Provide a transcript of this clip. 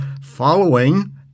following